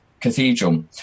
cathedral